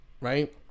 Right